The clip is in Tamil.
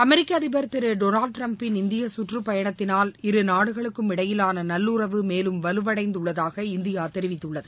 அமெரிக்க அதிபர் திரு டொனால்டு டிரம்பின் இந்திய சுற்றுப் பயணத்தினால் இரு நாடுகளுக்கும் இடையிலான நல்லுறவு மேலும் வலுவடைந்துள்ளதாக இந்தியா தெரிவித்துள்ளது